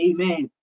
Amen